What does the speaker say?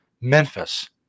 Memphis